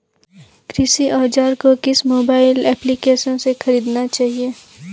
कृषि औज़ार को किस मोबाइल एप्पलीकेशन से ख़रीदना चाहिए?